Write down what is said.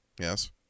Yes